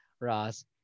Ross